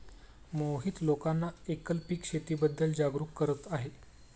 मोहित लोकांना एकल पीक शेतीबद्दल जागरूक करत आहे